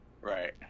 Right